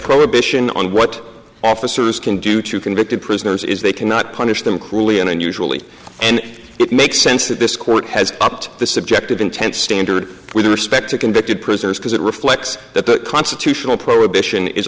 prohibition on what officers can do to convicted prisoners is they cannot punish them cruelly and unusually and it makes sense that this court has upped the subject of intense standard with respect to convicted prisoners because it reflects that the constitutional prohibition is